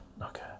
okay